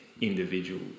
individual